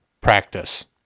practice